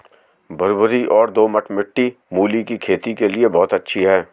भुरभुरी और दोमट मिट्टी मूली की खेती के लिए बहुत अच्छी है